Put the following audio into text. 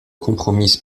compromise